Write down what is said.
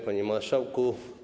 Panie Marszałku!